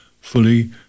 fully